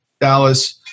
Dallas